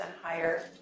higher